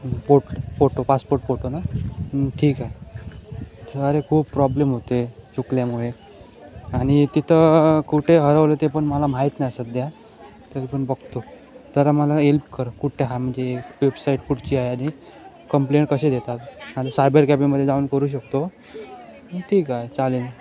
फोट photo passport photo ना ठीक आहे अरे खूप प्रॉब्लेम होतो आहे चुकल्यामुळे आणि तिथं कुठे हरवलं ते पण मला माहीत नाही सध्या तरी पण बघतो जरा मला हेल्प कर कुठं ह म्हणजे वेबसाईट कुठची आहे आणि कंप्लेंट कशी देतात आणि सायबर कॅफेमध्ये जाऊन करू शकतो ठीक आहे चालेल